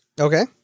Okay